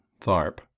Tharp